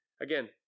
again